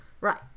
Right